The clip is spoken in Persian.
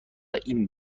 این